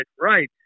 right